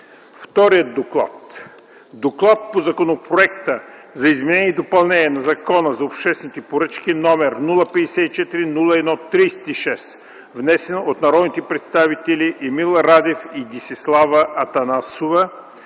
Вторият доклад: „ДОКЛАД по Законопроекта за изменение и допълнение на Закона за обществените поръчки, № 054-01-36, внесен от народните представители Емил Радев и Десислава Атанасова